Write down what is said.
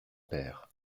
père